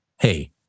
Hey